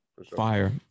Fire